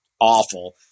awful